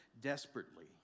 desperately